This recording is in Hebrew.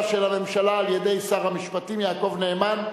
של הממשלה על-ידי שר המשפטים יעקב נאמן,